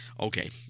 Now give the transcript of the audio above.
Okay